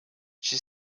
she